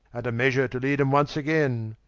and a measure to lead em once againe,